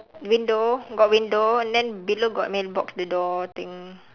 window got window and then below got mailbox the door thing